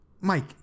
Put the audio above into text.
Mike